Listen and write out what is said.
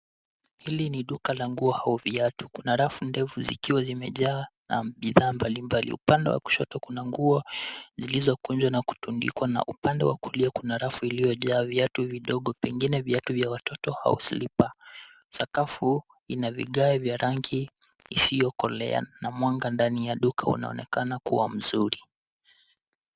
Hili ni duka la nguo, au viatu, kuna rafu ndefu zikiwa zimejaa bidhaa mbalimbali. Upande wa kushoto, kuna nguo, zilizokunjwa na kutundikwa, na upande wa kulia kuna rafu iliyojaa viatu vidogo, pengine viatu vya watoto, au slipa. Sakafu, ina vigae vya rangi isiokolea, na mwanga ndani ya duka unaonekana kuwa mzuri.